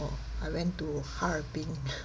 uh I went to 哈尔滨